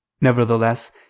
Nevertheless